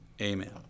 Amen